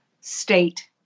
state